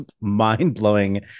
mind-blowing